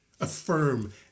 Affirm